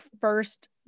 first